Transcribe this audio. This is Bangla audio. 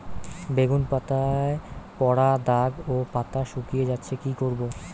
বেগুন পাতায় পড়া দাগ ও পাতা শুকিয়ে যাচ্ছে কি করব?